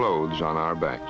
clothes on our back